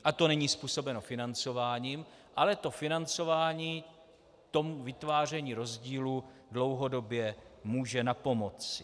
A to není způsobeno financováním, ale to financování tomu vytváření rozdílů dlouhodobě může napomoci.